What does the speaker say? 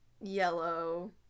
yellow